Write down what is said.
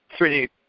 3D